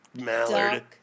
mallard